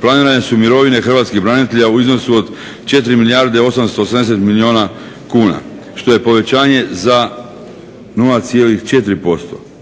planirane su mirovine hrvatskih branitelja od 4 milijarde 880 milijuna kuna što je povećanje za 0,4%.